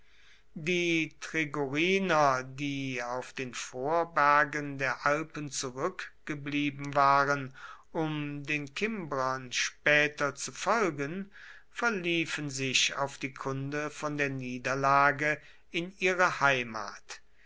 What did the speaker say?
die tigoriner die auf den vorbergen der alpen zurückgeblieben waren um den kimbrern später zu folgen verliefen sich auf die kunde von der niederlage in ihre heimat